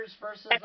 versus